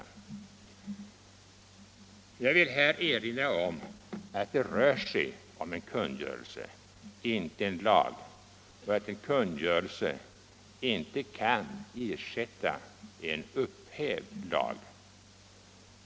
Jag vill här erinra om att det rör sig om en kungörelse, inte en lag, och att en kungörelse inte kan ersätta en upphävd lag.